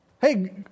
Hey